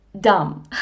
dumb